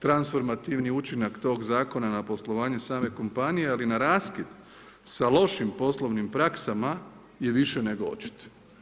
Transformativni učinak tog Zakona na poslovanje same kompanije, ali na raskid sa lošim poslovnim praksama je više nego očit.